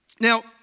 Now